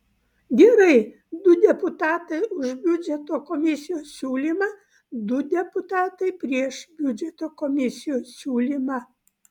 gerai du deputatai už biudžeto komisijos siūlymą du deputatai prieš biudžeto komisijos siūlymą